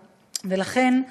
ולכן,